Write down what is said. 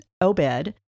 Obed